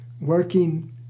working